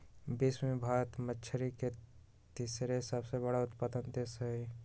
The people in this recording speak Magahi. विश्व में भारत मछरी के तेसर सबसे बड़ उत्पादक देश हई